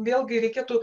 vėlgi reikėtų